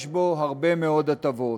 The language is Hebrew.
יש בו הרבה מאוד הטבות.